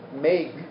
make